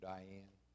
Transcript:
Diane